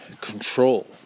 Control